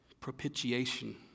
propitiation